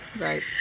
right